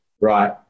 right